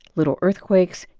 little earthquakes,